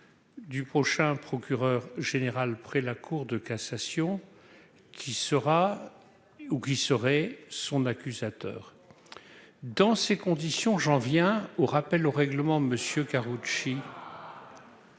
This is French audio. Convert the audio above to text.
du prochain procureur général près la Cour de cassation qui sera ou qui serait son accusateur, dans ces conditions j'en viens au rappel au règlement, monsieur